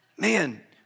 Man